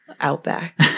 Outback